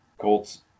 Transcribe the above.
Colts